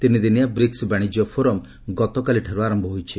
ତିନିଦିନିଆ ବ୍ରିକ୍ ବାଣିଜ୍ୟ ଫୋରମ୍ ଗତକାଲିଠାରୁ ଆରମ୍ଭ ହୋଇଛି